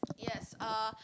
yes uh